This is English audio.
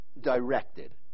directed